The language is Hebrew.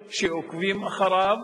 אבטחה וסייג למסירת